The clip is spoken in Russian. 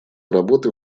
работы